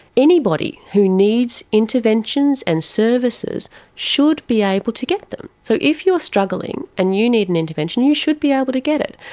anybody who needs interventions and services should be able to get that. so if you are struggling and you need an intervention you should be able to get it,